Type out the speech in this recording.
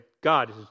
God